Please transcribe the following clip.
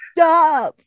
Stop